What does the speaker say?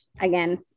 again